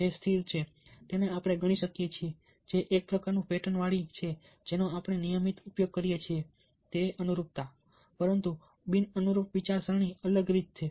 જે સ્થિર છે તેને આપણે ગણી શકીએ છીએ જે એક પ્રકારનું પેટર્નવાળી છે જેનો આપણે નિયમિત ઉપયોગ કરીએ છીએ તે અનુરૂપતા પરંતુ બિન અનુરૂપ વિચારસરણી અલગ રીતે છે